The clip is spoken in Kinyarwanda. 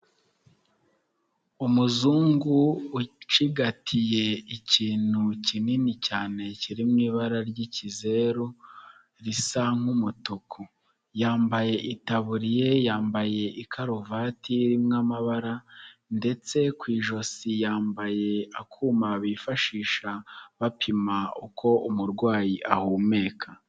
Umuzungu ucigatiye ikintu kinini cyane kiri mu ibara ry'ikizeru risa nk'umutuku, yambaye itaburiya, yambaye ikaruvati irimo amabara ndetse ku ijosi yambaye akuma bifashisha bapima uko umurwayi ahumeka.